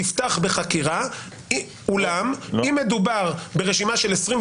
תפתח בחקירה; אולם אם מדובר ברשימה של 24